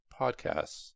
podcasts